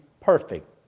perfect